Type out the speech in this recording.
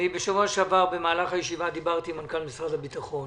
בשבוע שעבר דיברתי עם מנכ"ל משרד הביטחון.